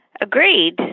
agreed